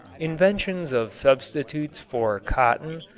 inventions of substitutes for cotton,